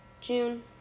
June